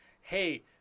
hey